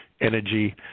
Energy